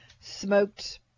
smoked